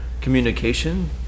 communication